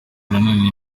nanone